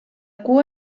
cua